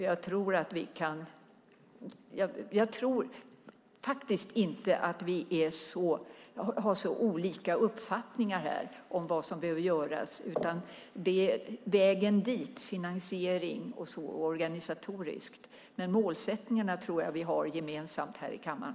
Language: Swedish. Jag tror inte att vi har så olika uppfattningar här om vad som behöver göras. Det är vägen dit, finansiering och organisatoriskt som vi har olika uppfattningar om. Men målsättningarna tror jag vi har gemensamt här i kammaren.